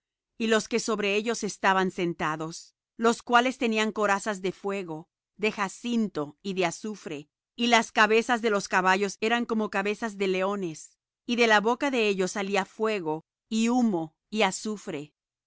y los que sobre ellos estaban sentados los cuales tenían corazas de fuego de jacinto y de azufre y las cabezas de los caballos eran como cabezas de leones y de la boca de ellos salía fuego y humo y azufre de